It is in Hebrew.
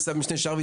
ניצב משנה שרביט,